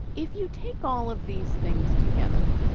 if you take all of these things together,